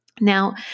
Now